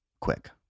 quick